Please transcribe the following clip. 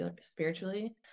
spiritually